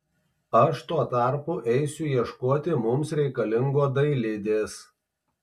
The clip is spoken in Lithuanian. aš tuo tarpu eisiu ieškoti mums reikalingo dailidės